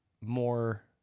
more